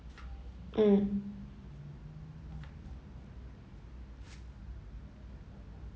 mm